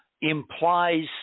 implies